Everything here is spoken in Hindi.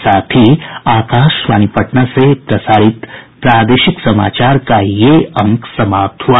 इसके साथ ही आकाशवाणी पटना से प्रसारित प्रादेशिक समाचार का ये अंक समाप्त हुआ